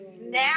now